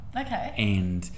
Okay